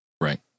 Right